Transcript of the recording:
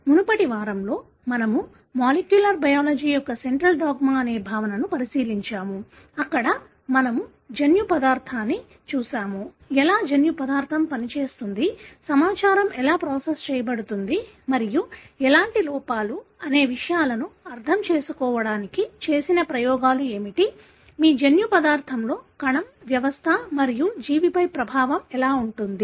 మునుపటి వారంలో మనము మాలిక్యూలర్ బయాలజీ యొక్క సెంట్రల్ డాగ్మా అనే భావనను పరిశీలించాము అక్కడ మనము జన్యు పదార్థాన్ని చూశాము ఎలా జన్యు పదార్ధం పనిచేస్తుంది సమాచారం ఎలా ప్రాసెస్ చేయబడుతుంది మరియు ఎలాంటి లోపాలు అనే విషయాలను అర్థం చేసుకోవడానికి చేసిన ప్రయోగాలు ఏమిటి మీ జన్యు పదార్ధంలో కణం వ్యవస్థ మరియు జీవిపై ప్రభావం ఉంటుంది